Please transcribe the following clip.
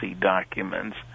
documents